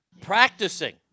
practicing